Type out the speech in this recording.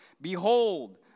Behold